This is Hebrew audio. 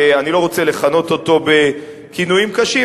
שאני לא רוצה לכנות אותו בכינויים קשים,